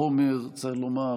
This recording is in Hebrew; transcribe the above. החומר, צריך לומר,